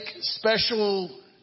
special